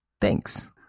Thanks